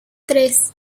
tres